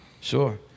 Sure